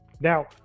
now